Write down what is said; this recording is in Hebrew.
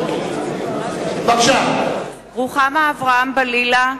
רוחמה אברהם-בלילא,